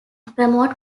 promote